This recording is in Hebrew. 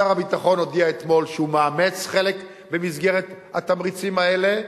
שר הביטחון הודיע אתמול שהוא מאמץ חלק במסגרת התמריצים האלה.